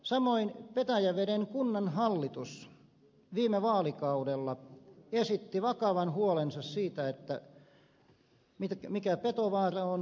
samoin petäjäveden kunnanhallitus viime vaalikaudella esitti vakavan huolensa siitä mikä petovaara on koululaisille